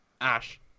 Ash